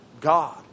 God